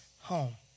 home